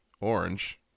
orange